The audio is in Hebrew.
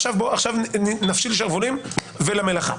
עכשיו נפשיל שרוולים ולמלאכה.